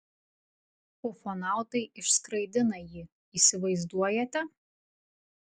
ufonautai išskraidina jį įsivaizduojate